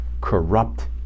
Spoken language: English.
corrupt